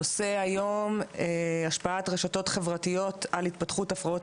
הנושא היום השפעת רשתות חברתיות על התפתחות הפרעות